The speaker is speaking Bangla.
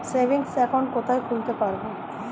সেভিংস অ্যাকাউন্ট কোথায় খুলতে পারব?